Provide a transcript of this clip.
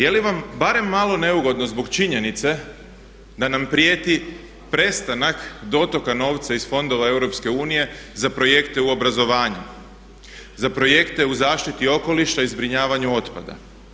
Je li vam barem malo neugodno zbog činjenice da nam prijeti prestanak dotoka novca iz fondova EU za projekte u obrazovanju, za projekte u zaštiti okoliša i zbrinjavanju otpada?